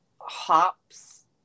hops